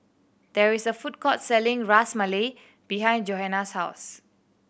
there is a food court selling Ras Malai behind Johanna's house